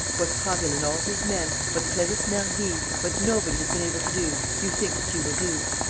what prasville and all his men, what clarisse mergy, what nobody has been able to do, you think that you will do!